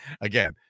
again